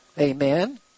Amen